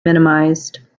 minimized